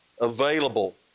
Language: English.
available